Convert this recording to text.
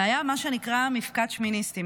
והיה מה שנקרא מפקד שמיניסטים.